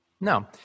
No